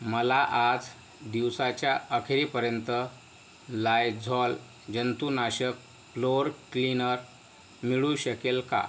मला आज दिवसाच्या अखेरीपर्यंत लायझॉल जंतुनाशक फ्लोअर क्लीनर मिळू शकेल का